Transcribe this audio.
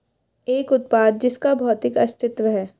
एक उत्पाद जिसका भौतिक अस्तित्व है?